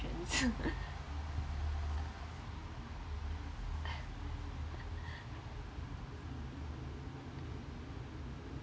sessions